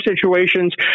situations